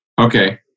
Okay